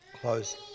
close